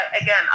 Again